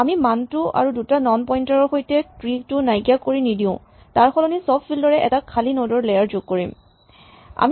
আমি মানটো আৰু দুটা নন পইন্টাৰ ৰ সৈতে ট্ৰী টো নাইকিয়া কৰি নিদিওঁ তাৰ সলনি চব ফিল্ড ৰে এটা খালী নড ৰ লেয়াৰ যোগ দিম